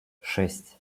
шесть